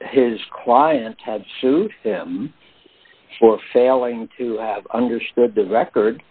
it's his client had sued him for failing d to have understood the record